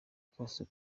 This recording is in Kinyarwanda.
kose